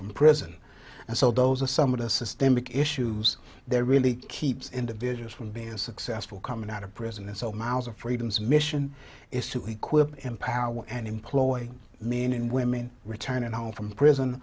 from prison and so those are some of the systemic issues there really keeps individuals from being successful coming out of prison and so miles of freedom's mission is to equip empower and employ meaning women returning home from prison